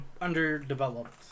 underdeveloped